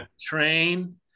Train